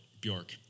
Bjork